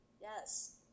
Yes